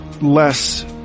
less